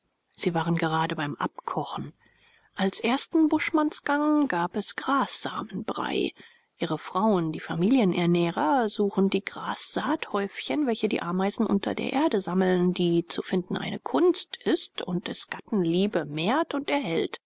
sie waren gerade beim abkochen als ersten buschmannsgang gab es grassamenbrei ihre frauen die familienernährer suchen die grassaathäufchen welche die ameisen unter der erde sammeln die zu finden eine kunst ist und des gatten liebe mehrt und erhält